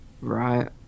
Right